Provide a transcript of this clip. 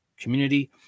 community